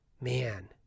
Man